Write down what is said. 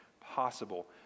possible